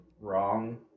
wrong